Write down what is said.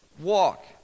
walk